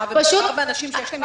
אבל מדובר באנשים שיש להם ילדים קטנים.